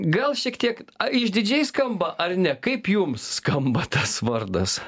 gal šiek tiek išdidžiai skamba ar ne kaip jums skamba tas vardas